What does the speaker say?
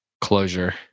closure